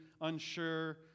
unsure